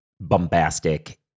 bombastic